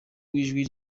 w’ijwi